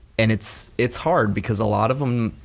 and it's it's hard because a lot of them,